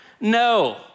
no